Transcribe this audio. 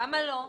למה לא?